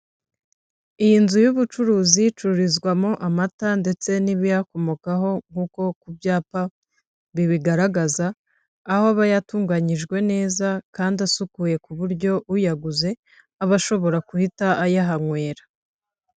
Iyi nzu y'ubucuruzi icururizwamo amata ndetse n'ibiyakomokaho nk'uko ku byapa bibigaragaza, aho aba yatunganyijwe neza kandi asukuye kuburyo uyaguze aba ashobora guhita ayahanywera.